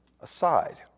aside